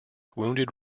wounded